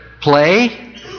play